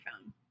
phone